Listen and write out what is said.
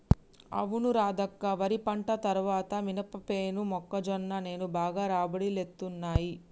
అవును రాధక్క వరి పంట తర్వాత మినపసేను మొక్కజొన్న సేను బాగా రాబడి తేత్తున్నయ్